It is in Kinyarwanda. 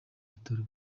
bitaro